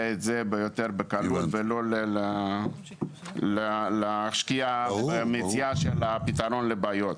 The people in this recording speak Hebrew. את זה יותר בקלות ולא להשקיע במציאת הפתרון לבעיות.